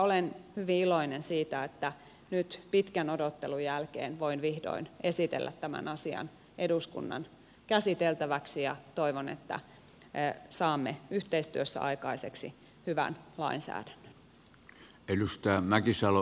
olen hyvin iloinen siitä että nyt pitkän odottelun jälkeen voin vihdoin esitellä tämän asian eduskunnan käsiteltäväksi ja toivon että saamme yhteistyössä aikaiseksi hyvän lainsäädännön